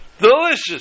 Delicious